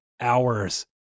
hours